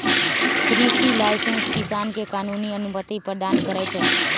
कृषि लाइसेंस किसान के कानूनी अनुमति प्रदान करै छै